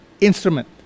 instrument